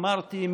אמרתי,